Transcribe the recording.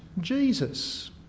Jesus